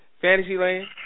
Fantasyland